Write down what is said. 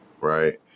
right